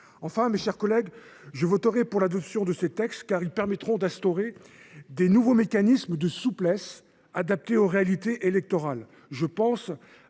Enfin, je voterai pour l’adoption de ces textes, car ils permettront d’instaurer de nouveaux mécanismes de souplesse, adaptés aux réalités électorales.